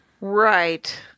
Right